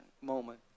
moment